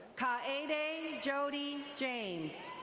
ka'aday jody james.